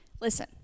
listen